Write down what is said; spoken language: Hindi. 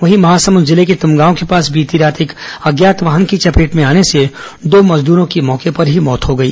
वहीं महासमुंद जिले के तुमगांव के पास बीती रात एक अज्ञात वाहन की चपेट में आने से दो श्रमिकों की मौके पर ही मौत हो गई